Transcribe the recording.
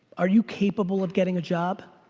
are you capable of getting a job?